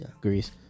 Greece